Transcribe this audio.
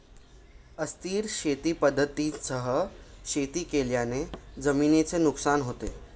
अस्थिर शेती पद्धतींसह शेती केल्याने जमिनीचे नुकसान होते